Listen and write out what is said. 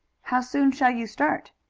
how soon shall you start?